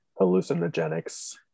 hallucinogenics